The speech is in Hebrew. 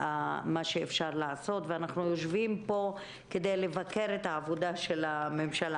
אנחנו יושבים פה כדי לבקר את עבודת הממשלה.